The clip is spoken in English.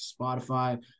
Spotify